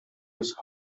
his